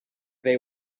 they